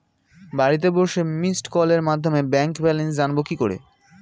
বাড়িতে বসে মিসড্ কলের মাধ্যমে ব্যাংক ব্যালেন্স জানবো কি করে?